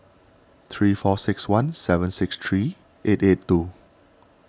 three four six one seven six three eight eight two